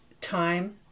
time